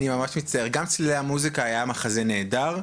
אני ממש מצטער, גם צלילי המוזיקה היה מחזה נהדר,